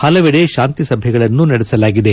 ಪಲವೆಡೆ ಶಾಂತಿ ಸಭೆಗಳನ್ನು ನಡೆಸಲಾಗಿದೆ